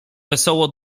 wesoło